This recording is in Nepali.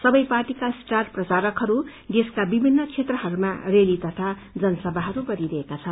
सबै पार्टीहरूका स्टार प्रचारक देशका विभिन्न क्षेत्रहरूमा रयाली तथा जनसभाहरू गरिरहेका छन्